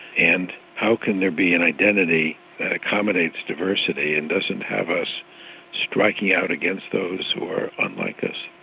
and how can there be an identity that accommodates diversity and doesn't have us striking out against those who are unlike us,